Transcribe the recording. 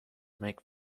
make